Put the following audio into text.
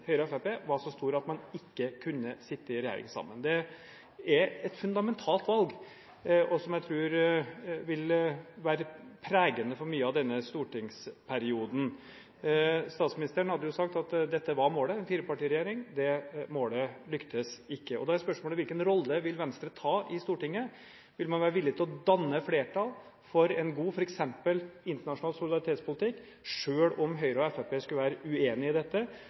Høyre og Fremskrittspartiet var så stor at man ikke kunne sitte i regjering sammen. Det er et fundamentalt valg som jeg tror vil være pregende for mye av denne stortingsperioden. Statsministeren hadde jo sagt at en firepartiregjering var målet. Det målet lyktes man ikke med. Da er spørsmålet: Hvilken rolle vil Venstre ta i Stortinget? Vil man være villig til å danne flertall f.eks. for en god, internasjonal solidaritetspolitikk, selv om Høyre og Fremskrittspartiet skulle være uenige i dette,